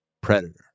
predator